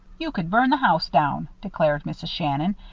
you could burn the house down, declared mrs. shannon,